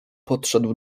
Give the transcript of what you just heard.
podszedł